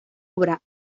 obra